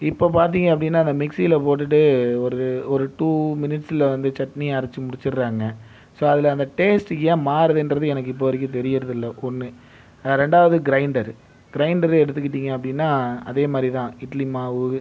இப்போ பார்த்திங்க அப்படின்னா அந்த மிக்ஸியில் போட்டுட்டு ஒரு ஒரு டூ மினிட்ஸில் வந்து சட்னியை அரைச்சி முடிச்சுடுறாங்க ஸோ அதில் அந்த டேஸ்ட் ஏன் மாறுதுன்றது எனக்கு இப்போது வரைக்கும் தெரிகிறது இல்லை ஒன்று ரெண்டாவது கிரைண்டரு கிரைண்டரு எடுத்துக்கிட்டிங்க அப்படின்னா அதேமாதிரி தான் இட்லி மாவு